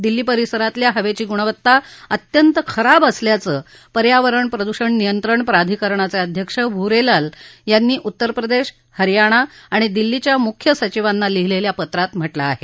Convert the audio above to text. दिल्ली परिसरातल्या हवेची गुणवत्ता अत्यंत खराब असल्याचं पर्यावरण प्रदुषण नियंत्रण प्राधिकरणाचे अध्यक्ष भूरे लाल यांनी उत्तर प्रदेश हरयाणा आणि दिल्लीच्या मुख्य सचिवांना लिहीलेल्या पत्रात म्हटलं आहे